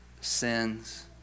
sins